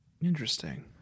Interesting